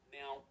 now